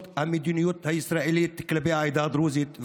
המדיניות הישראלית כלפי העדה הדרוזית,